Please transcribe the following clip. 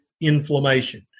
inflammation